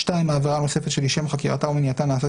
(2)העבירה הנוספת שלשם חקירתה או מניעתה נעשה